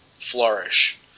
flourish